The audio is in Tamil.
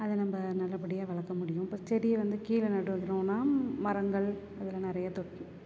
அதை நம்ம நல்ல படியாக வளர்க்க முடியும் இப்போ செடியை வந்து கீழே நட்டு வைக்கிறோம்னா மரங்கள் அதில் நிறைய தொட்